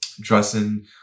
dressing